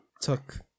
took